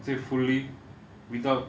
I'd say fully without